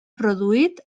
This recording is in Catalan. produït